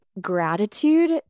gratitude